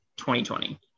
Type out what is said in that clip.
2020